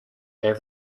gave